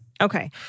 Okay